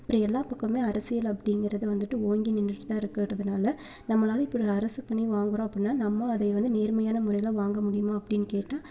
அப்புறம் எல்லா பக்கமுமே அரசியல் அப்படிங்குறது வந்துட்டு ஓங்கி நின்னுகிட்டுதான் இருக்குது இன்றதனால நம்மளால் இப்போது அரசு பணி வாங்குறோம் அப்படின்னா நம்ம அந்த வந்து நேர்மையான முறையில் வாங்க முடியுமா அப்படின்னு கேட்டால்